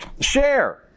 Share